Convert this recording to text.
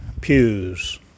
pews